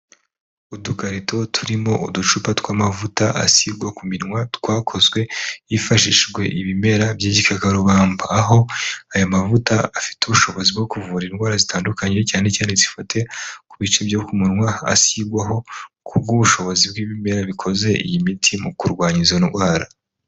Udukarito turimo uducupa tw'amavuta asigwa ku minwa twakozwe hifashishijwe ibimera by'igikakarubamba, aho aya mavuta afite ubushobozi bwo kuvura indwara zitandukanye cyane cyane zifate ku bice byo ku munwa, aho asigwaho ku bw'ubushobozi bw'ibimera bikoze iyi miti mu kurwanya izo ndwara.